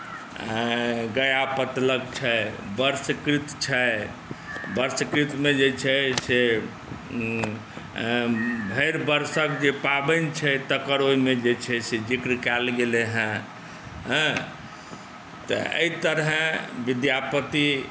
गयापत्तलक छै वर्षकृत्य छै वर्षकृत्यमे जे छै से भरि वर्षक जे पाबनि छै तकर ओहिमे जे छै से जिक्र कयल गेलै हेँ हँ तऽ एहि तरहे विद्यापति